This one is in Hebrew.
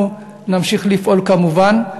אנחנו נמשיך לפעול, כמובן.